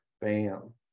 Bam